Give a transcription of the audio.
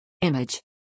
image